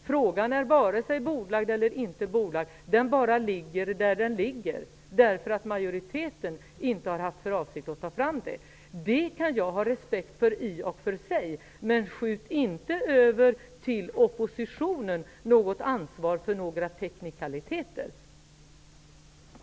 Frågan är varken bordlagd eller inte bordlagd -- den bara ligger där den ligger. Majoriteten hade inte för avsikt att ta fram den delen. Jag kan i och för sig ha respekt för det, men skjut inte över ansvaret för några teknikaliteter på oppositionen!